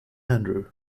andrew